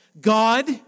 God